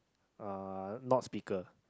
uh not speaker